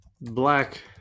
Black